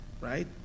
right